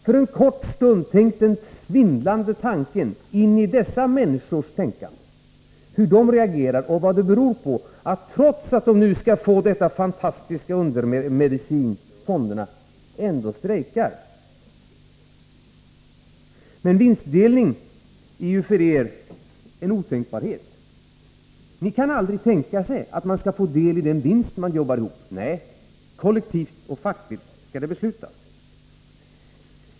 Föreställ er för en kort stund hur dessa människor tänker, hur de reagerar och vad det beror på att de strejkar, trots att de nu skall få denna fantastiska undermedicin, dvs. fonderna! Men vinstdelning är ju en otänkbarhet för er. Ni kan aldrig tänka er att man skall få del av den vinst man jobbar ihop. Nej, kollektivt och fackligt skall det beslutas.